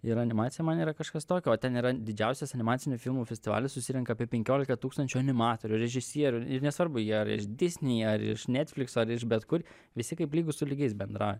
ir animacija man yra kažkas tokio o ten yra didžiausias animacinių filmų festivalis susirenka apie penkiolika tūkstančių animatorių režisierių ir nesvarbu jie ar iš disney ar iš netflix ar iš bet kur visi kaip lygūs su lygiais bendrauja